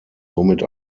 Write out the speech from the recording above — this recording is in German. somit